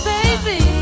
Baby